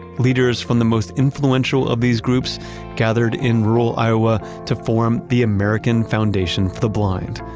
leaders from the most influential of these groups gathered in rural iowa to form the american foundation of the blind.